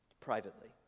Privately